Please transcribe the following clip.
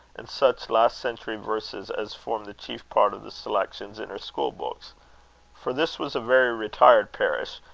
and such last-century verses as formed the chief part of the selections in her school-books for this was a very retired parish,